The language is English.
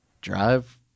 drive